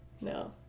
No